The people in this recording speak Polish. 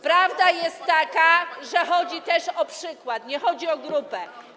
Prawda jest taka, że chodzi też o przykład, nie chodzi tylko o grupę.